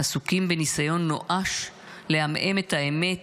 עסוקים בניסיון נואש לעמעם את האמת,